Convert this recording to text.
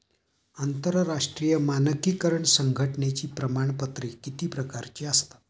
आंतरराष्ट्रीय मानकीकरण संघटनेची प्रमाणपत्रे किती प्रकारची असतात?